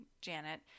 janet